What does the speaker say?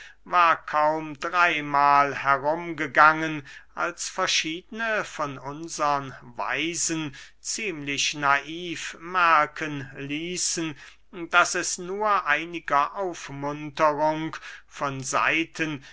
war kaum dreymahl herumgegangen als verschiedene von unsern weisen ziemlich naiv merken ließen daß es nur einiger aufmunterung von seiten